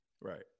Right